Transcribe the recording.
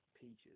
Peaches